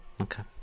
Okay